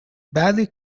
badly